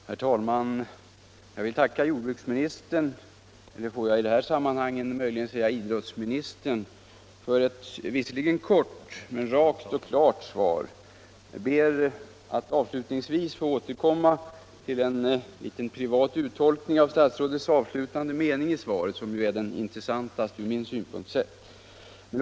Herr talman! Jag vill tacka jordbruksministern — eller får jag i detta sammanhang möjligen säga idrottsministern? — för ett visserligen kort men rakt och klart svar. Jag ber att avslutningsvis få återkomma till en uttolkning av statsrådets avslutande mening i svaret, som ju är den intressantaste från min synpunkt sett.